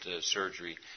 surgery